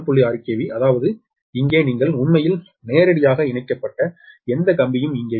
6 KV அதாவது இங்கே நீங்கள் உண்மையில் நேரடியாக இணைக்கப்பட்ட எந்த கம்பியும் இங்கே இல்லை